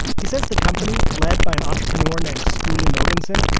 he says the company, led by an entrepreneur named skuli mogensen,